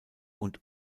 und